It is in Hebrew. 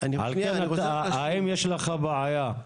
עד שלא יוכח לי אחרת,